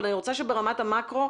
אני רוצה שברמת המקרו